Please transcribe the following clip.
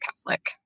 Catholic